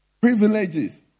Privileges